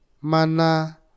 Mana